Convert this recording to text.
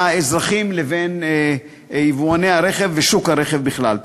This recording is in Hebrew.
האזרחים לבין יבואני הרכב ושוק הרכב בכלל.